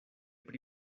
pri